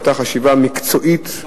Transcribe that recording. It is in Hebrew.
היא היתה חשיבה "מקצועית",